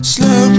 Slow